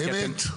אמת?